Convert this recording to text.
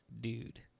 dude